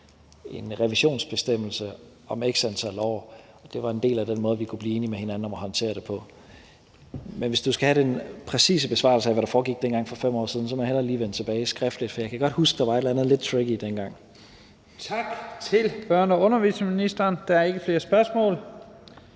en revisionsbestemmelse om x antal år. Og det var en del af den måde, vi kunne blive enige med hinanden om at håndtere det på. Men hvis du skal have den præcise besvarelse af, hvad der foregik dengang for 5 år siden, så må jeg hellere lige vende tilbage skriftligt. For jeg kan godt huske, at der var et eller andet lidt tricky dengang. Kl. 15:21 Første næstformand (Leif Lahn Jensen): Tak til børne- og undervisningsministeren. Der er ikke flere spørgsmål.